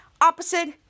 Opposite